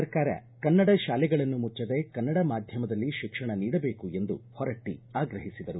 ಸರ್ಕಾರ ಕನ್ನಡ ಶಾಲೆಗಳನ್ನು ಮುಚ್ವದೆ ಕನ್ನಡ ಮಾಧ್ಯಮದಲ್ಲಿ ಶಿಕ್ಷಣ ನೀಡಬೇಕು ಎಂದು ಹೊರಟ್ಟ ಆಗ್ರಹಿಸಿದರು